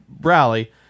rally